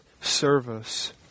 service